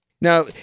Now